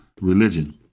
Religion